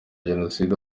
jenoside